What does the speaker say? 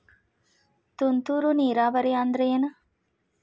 ತುಂತುರು ನೇರಾವರಿ ಅಂದ್ರ ಏನ್?